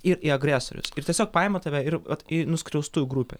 ir į agresorius ir tiesiog paima tave ir į nuskriaustųjų grupę